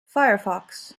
firefox